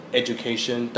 education